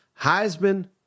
heisman